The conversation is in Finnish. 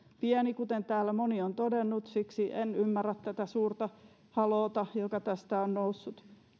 pieni kuten täällä moni on todennut siksi en ymmärrä tätä suurta haloota joka tästä on noussut